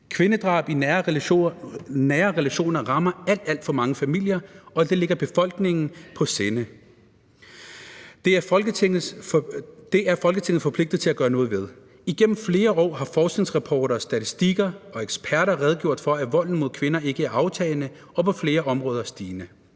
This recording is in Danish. Kvindedrab i nære relationer rammer alt, alt for mange familier, og det ligger befolkningen på sinde. Det er Folketinget forpligtet til at gøre noget ved. Igennem flere år har forskningsrapporter og statistikker vist og eksperter redegjort for, at volden mod kvinder ikke er aftagende og på flere områder stigende.